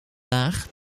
laag